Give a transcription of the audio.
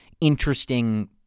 interesting